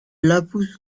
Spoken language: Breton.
labous